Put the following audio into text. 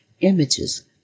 images